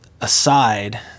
Aside